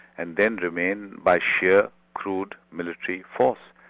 and then remain by sheer crude military force.